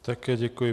Také děkuji.